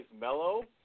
mellow